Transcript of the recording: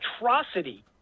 atrocity